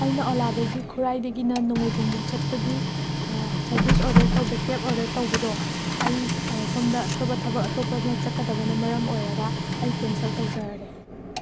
ꯑꯩꯅ ꯑꯣꯂꯥꯗꯒꯤ ꯈꯨꯔꯥꯏꯗꯒꯤꯅ ꯅꯣꯡꯃꯩꯕꯨꯡꯕꯨꯛ ꯆꯠꯄꯒꯤ ꯁꯔꯕꯤꯁ ꯑꯣꯔꯗꯔ ꯇꯧꯕ ꯀꯦꯞ ꯑꯣꯔꯗꯔ ꯇꯧꯕꯗꯣ ꯑꯩ ꯁꯣꯝꯗ ꯑꯇꯣꯞꯄ ꯊꯕꯛ ꯑꯇꯣꯞꯄ ꯃ ꯆꯠꯀꯗꯕꯅ ꯃꯔꯝ ꯑꯣꯏꯔꯒ ꯑꯩ ꯀꯦꯟꯁꯦꯜ ꯇꯧꯖꯔꯒꯦ